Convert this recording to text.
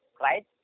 right